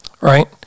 Right